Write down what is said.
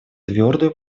твердую